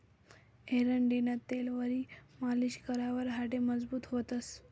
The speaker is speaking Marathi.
एरंडेलनं तेलवरी मालीश करावर हाडे मजबूत व्हतंस